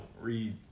read